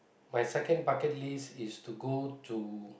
my second bucket list is to go to